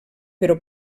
però